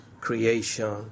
creation